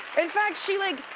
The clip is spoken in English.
in fact, she like.